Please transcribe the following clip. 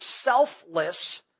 selfless